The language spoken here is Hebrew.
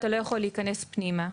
אתה יכול להיכנס פנימה,